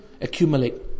accumulate